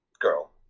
girl